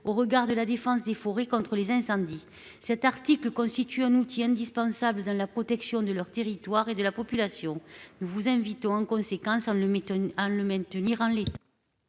au regard de la défense des forêts contre les incendies cet article que constitue un outil indispensable dans la protection de leur territoire et de la population. Nous vous invitons en conséquence en le mettant à le